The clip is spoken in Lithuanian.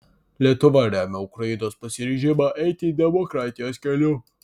lietuva remia ukrainos pasiryžimą eiti demokratijos keliu